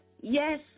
Yes